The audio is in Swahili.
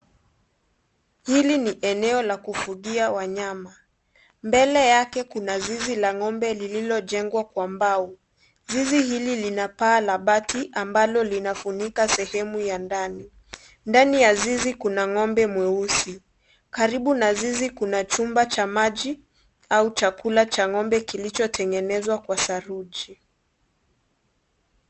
Hili ni eneo la kufugia wanyama mbele yake kuna zizi la ng'ombe lililojengwa kwa mbao, zizi hili lina paa la bati ambalo linafunika sehemu ya ndani, ndani ya zizi kuna ng'ombe mweusi karibu na zizi kuna chumba cha maji au chakula cha ng'ombe kilichotengenezwa kwa saruji.